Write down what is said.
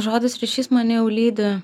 žodis ryšys mane jau lydi